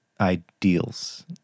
ideals